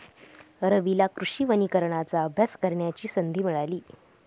रवीला कृषी वनीकरणाचा अभ्यास करण्याची संधी मिळाली